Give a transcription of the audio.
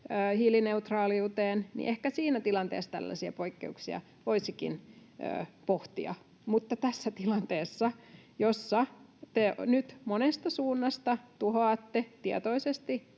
hiilineutraaliuteen, niin ehkä siinä tilanteessa tällaisia poikkeuksia voisikin pohtia. Mutta tässä tilanteessa, jossa te nyt monesta suunnasta tuhoatte tietoisesti